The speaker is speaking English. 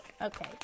Okay